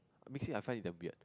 honestly I find it damn weird